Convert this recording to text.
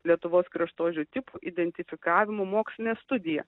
lietuvos kraštovaizdžio tipų identifikavimo mokslinė studija